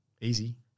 Easy